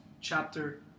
chapter